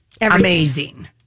amazing